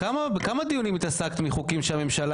כמה וכמה דיונים התעסקת עם חוקים שהממשלה